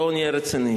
בואו נהיה רציניים.